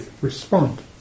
respond